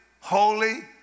holy